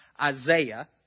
Isaiah